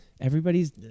everybody's